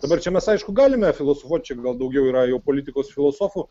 dabar čia mes aišku galime filosofuot čia gal daugiau yra jau politikos filosofų